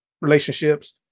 relationships